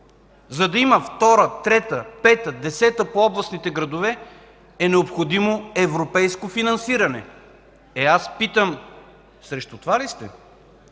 За да има втора, трета, пета, десета по областните градове, е необходимо европейско финансиране. Е, аз питам: срещу това ли сте?